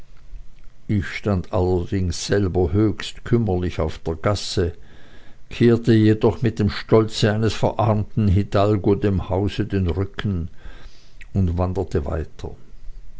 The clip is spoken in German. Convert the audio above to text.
ich stand allerdings selber höchst kümmerlich auf der gasse kehrte jedoch mit dem stolze eines verarmten hidalgo dem hause den rücken und wanderte weiter